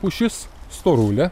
pušis storulė